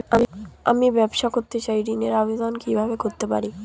আমি ব্যবসা করতে চাই ঋণের আবেদন কিভাবে করতে পারি?